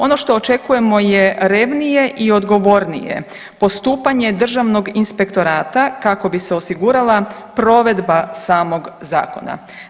Ono što očekujemo je revnije i odgovornije postupanje Državnog inspektorata kako bi se osigurala provedba samog zakona.